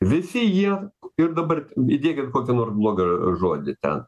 visi jie ir dabar įdėkit kokį nors blogą žodį ten